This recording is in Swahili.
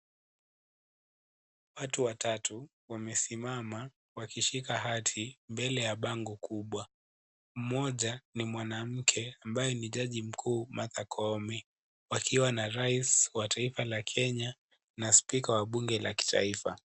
Watu watatu wamesimama wakishika hati, mbele ya bango kubwa. Mmoja ni mwanamke ambaye ni jaji mkuu, Martha Koome. Wakiwa na Rais wa taifa la kenya, na spika wa bunge la kitaifa.